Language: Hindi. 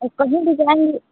अब कहीं भी जाएंगे